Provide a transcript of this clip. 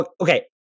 Okay